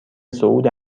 صعود